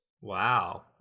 Wow